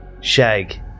Shag